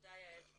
תודה יעל.